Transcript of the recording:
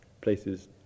places